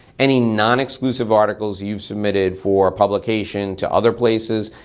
any non-exclusive articles you've submitted for publication to other places.